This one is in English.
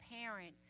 parent